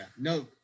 No